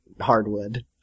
hardwood